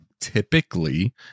typically